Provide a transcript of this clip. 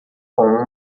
com